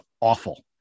awful